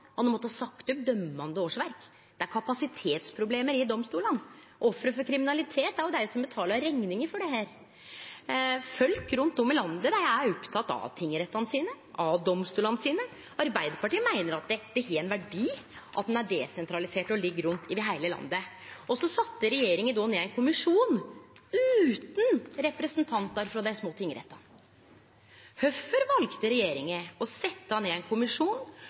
årsverk. Det er kapasitetsproblem i domstolane. Offer for kriminalitet er dei som betaler rekninga for det. Folk rundt om i landet er opptekne av tingrettane sine, av domstolane sine. Arbeidarpartiet meiner det har ein verdi at dei er desentraliserte og ligg rundt i heile landet. Regjeringa sette ned ein kommisjon utan representantar frå dei små tingrettane. Kvifor valde regjeringa å setje ned ein kommisjon